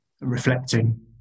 reflecting